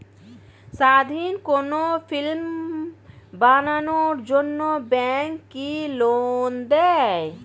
স্বাধীন কোনো ফিল্ম বানানোর জন্য ব্যাঙ্ক কি লোন দেয়?